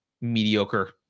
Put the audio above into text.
mediocre